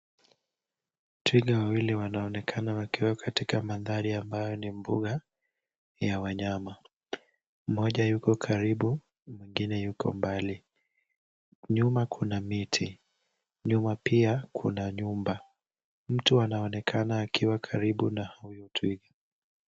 Twiga wawili wanaonekana wakiwa katika mandhari ambayo ni mbuga ya wanyama. Mmoja yuko karibu na mwingine yuko mbali. Nyuma kuna miti, nyuma pia kuna nyumba. Mtu anaonekana akiwa karibu na huyu twiga.